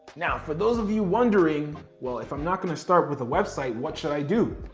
now, for those of you wondering, well, if i'm not gonna start with a website, what should i do?